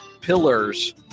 pillars